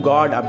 God